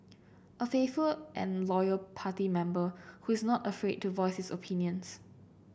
a faithful and loyal party member who is not afraid to voice his opinions